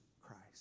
Christ